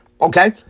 Okay